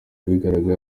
yabihakanye